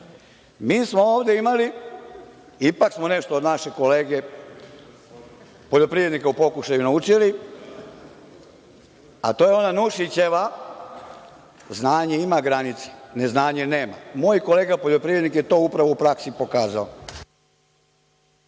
Mi smo ovde imali, ipak smo nešto od našeg kolege poljoprivrednika u pokušaju naučili, a to je ona Nušićeva – znanje ima granice, neznanje nema. Moj kolega poljoprivrednik je to upravo u praksi pokazao.